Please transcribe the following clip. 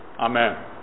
Amen